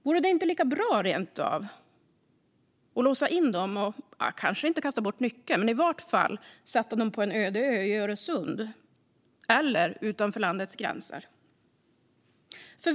Vore det inte rent av lika bra att låsa in dem och kanske inte kasta bort nyckeln men åtminstone sätta dem på en öde ö i Öresund eller utanför landets gränser?